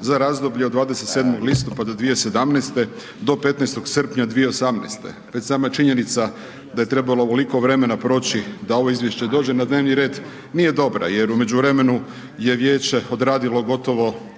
za razdoblje od 27. listopada 2017. godine do 15. srpnja 2018. Već sama činjenica da je trebalo ovoliko vremena proći da ovo izvješće dođe na dnevni red nije dobra jer u međuvremenu je vijeće odradilo gotovo